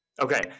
Okay